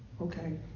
okay